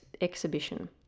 exhibition